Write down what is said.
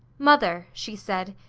mother, she said,